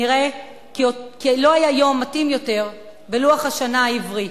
נראה כי לא היה יום מתאים יותר בלוח השנה העברי.